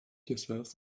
yourselves